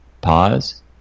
pause